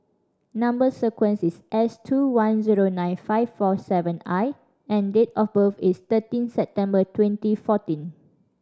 number sequence is S two one zero nine five four seven I and date of birth is thirteen September twenty fourteen